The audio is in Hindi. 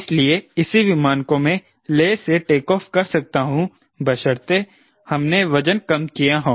इसलिए इसी विमान को मैं लेह से टेक ऑफ कर सकता हूं बशर्ते हमने वजन कम किया हो